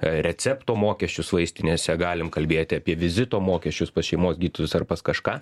e ecepto mokesčius vaistinėse galim kalbėti apie vizito mokesčius pas šeimos gydytojus ar pas kažką